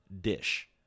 dish